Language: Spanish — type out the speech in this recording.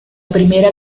primera